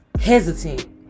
hesitant